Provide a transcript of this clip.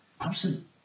absent